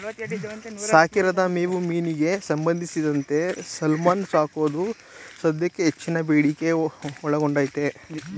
ಸಾಕಿರದ ಮೇವು ಮೀನಿಗೆ ಸಂಬಂಧಿಸಿದಂತೆ ಸಾಲ್ಮನ್ ಸಾಕೋದು ಸದ್ಯಕ್ಕೆ ಹೆಚ್ಚಿನ ಬೇಡಿಕೆ ಒಳಗೊಂಡೈತೆ